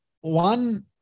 one